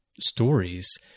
stories